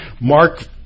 Mark